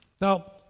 Now